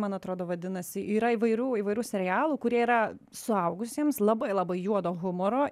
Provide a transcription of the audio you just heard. man atrodo vadinasi yra įvairių įvairių serialų kurie yra suaugusiems labai labai juodo humoro